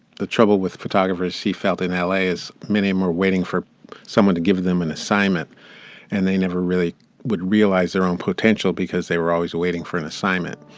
the trouble with photographers he felt in l a. is many more waiting for someone to give them an and assignment and they never really would realize their own potential because they were always waiting for an assignment,